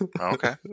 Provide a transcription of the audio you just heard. Okay